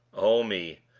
oh me,